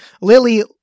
Lily